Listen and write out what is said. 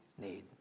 need